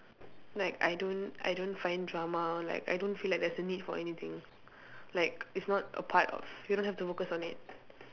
like I don't I don't find drama like I don't feel like there is a need for anything like it's not a part of you don't have to focus on it